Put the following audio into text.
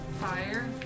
Fire